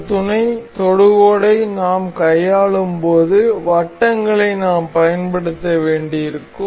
இந்த துணை தொடுகோடை நாம் கையாளும் போது வட்டங்களை நாம் பயன்படுத்த வேண்டியிருக்கும்